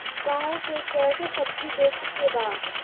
गांव से कैसे सब्जी बेचे के बा?